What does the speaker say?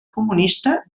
comunista